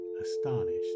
astonished